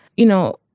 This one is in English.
you know,